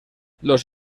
los